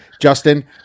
justin